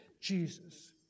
Jesus